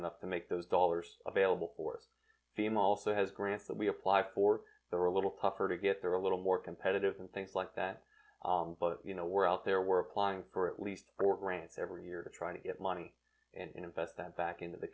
enough to make those dollars available for fame also has grants that we apply for that are a little tougher to get there a little more competitive and things like that but you know we're out there were applying for at least four grants every year trying to get money and invest that back into the